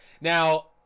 Now